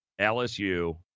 LSU